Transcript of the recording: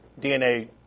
DNA